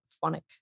phonic